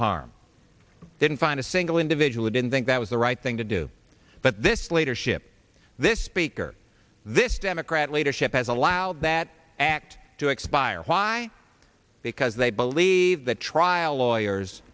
harm didn't find a single individual didn't think that was the right thing to do but this leadership this speaker this democrat leadership has allowed that act to expire why because they believe that trial lawyers